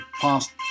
past